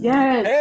Yes